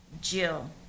Jill